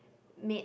made